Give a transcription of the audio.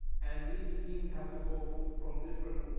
and these teams have to go from different,